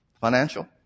financial